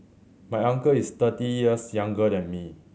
my uncle is thirty years younger than me